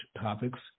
topics